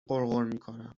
غرغرمیکنم